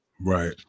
Right